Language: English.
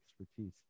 expertise